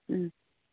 ও